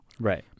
Right